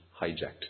hijacked